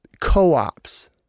co-ops